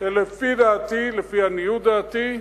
לפי דעתי, לפי עניות דעתי,